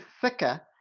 thicker